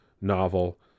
novel